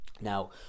Now